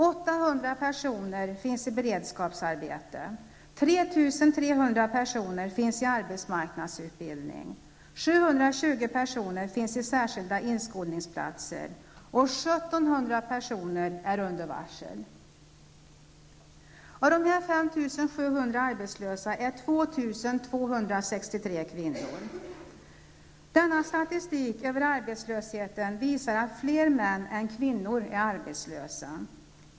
800 personer finns i beredskapsarbete, 3 300 i arbetsmarknadsutbildning, 720 på särskilda inskolningsplatser, och 1 700 personer är under varsel. Denna statistik över arbetslösheten visar att fler män än kvinnor är arbetslösa.